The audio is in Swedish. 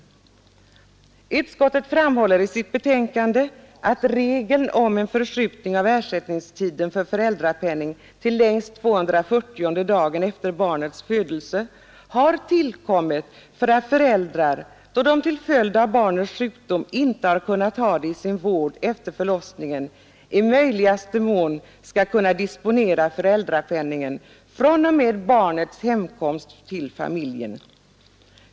Utskottet framhåller i sitt betänkande att regeln om en förskjutning av ersättningstiden för föräldrapenning till längst 240:e dagen efter barnets födelse har tillkommit för att föräldrar, då de till följd av barnets sjukdom inte kunnat ha det i sin vård efter förlossningen, i möjligaste mån skall kunna disponera föräldrapenningen fr.o.m. barnets hemkomst till familjen.